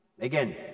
Again